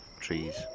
trees